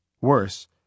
Worse